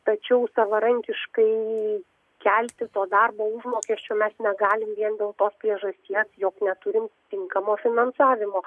tačiau savarankiškai kelti to darbo užmokesčio mes negalim vien dėl to priežasties jog neturim tinkamo finansavimo